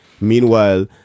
Meanwhile